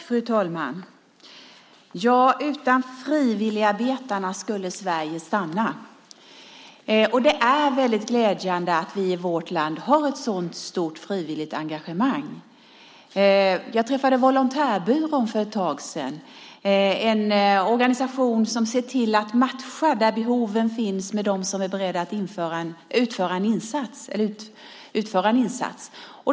Fru talman! Utan frivilligarbetarna skulle Sverige stanna. Det är väldigt glädjande att vi i vårt land har ett så stort frivilligt engagemang. Jag träffade Volontärbyrån för ett tag sedan. Det är en organisation som ser till att matcha behoven med dem som är beredda att utföra en insats.